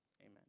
Amen